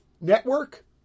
network